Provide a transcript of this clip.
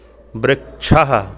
वृक्षः